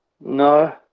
no